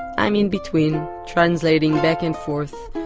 i'm in between, translating back and forth,